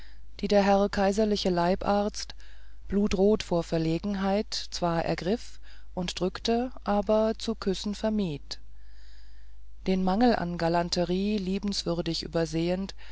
die der herr kaiserliche leibarzt blutrot vor verlegenheit zwar ergriff und drückte aber zu küssen vermied den mangel an galanterie liebenswürdig übersehend